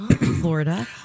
Florida